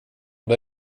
det